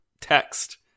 text